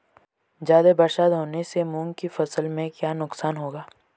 ज़्यादा बरसात होने से मूंग की फसल में क्या नुकसान होगा?